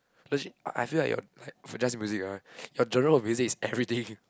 legit I I feel like your like for just music right your genre of music is everything